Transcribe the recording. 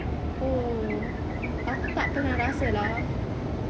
oh aku tak pernah rasa lah